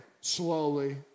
Slowly